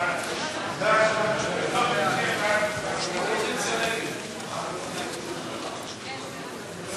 ועדת הפנים והגנת הסביבה בדבר פיצול